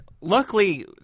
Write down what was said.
Luckily